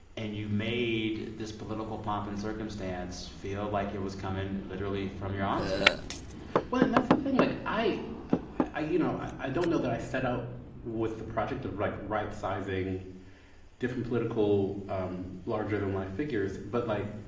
and you made this political pomp and circumstance feel like it was coming literally from your auntie well, and that's the thing. like, i i you know, i i don't know that i set out with the project of, like, right-sizing different political um larger-than-life figures. but like,